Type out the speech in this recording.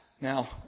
now